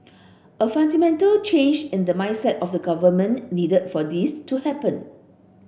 a fundamental change in the mindset of the government needed for this to happen